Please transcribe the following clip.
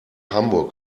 hamburg